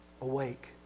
Awake